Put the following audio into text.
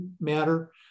matter